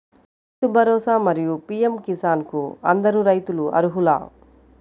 రైతు భరోసా, మరియు పీ.ఎం కిసాన్ కు అందరు రైతులు అర్హులా?